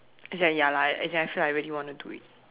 as in like ya lah as in I really want to do it